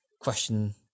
question